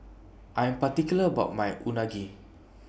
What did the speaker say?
I Am particular about My Unagi